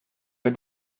que